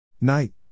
Night